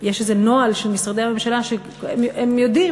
יש איזה נוהל של משרדי הממשלה שהם יודעים